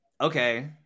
Okay